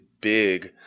big